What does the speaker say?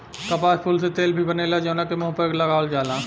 कपास फूल से तेल भी बनेला जवना के मुंह पर लगावल जाला